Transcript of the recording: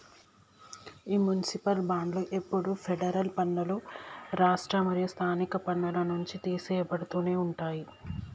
ఈ మునిసిపాల్ బాండ్లు ఎప్పుడు ఫెడరల్ పన్నులు, రాష్ట్ర మరియు స్థానిక పన్నుల నుంచి తీసెయ్యబడుతునే ఉంటాయి